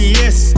yes